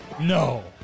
No